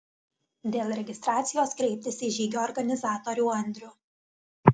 dėl registracijos kreiptis į žygio organizatorių andrių